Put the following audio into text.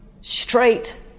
straight